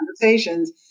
conversations